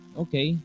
okay